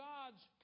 God's